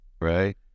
Right